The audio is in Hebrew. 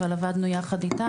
אבל עבדנו יחד איתם,